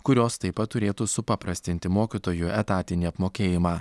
kurios taip pat turėtų supaprastinti mokytojų etatinį apmokėjimą